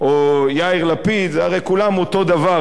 או יאיר לפיד, הרי כולם אותו דבר, נכון?